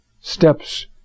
steps